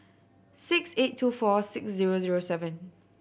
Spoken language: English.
six eight two four six zero zero seven